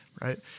right